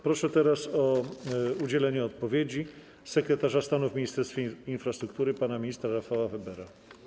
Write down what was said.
Proszę teraz o udzielenie odpowiedzi sekretarza stanu w Ministerstwie Infrastruktury pana ministra Rafała Webera.